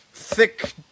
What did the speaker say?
thick